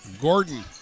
Gordon